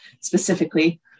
specifically